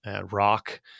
Rock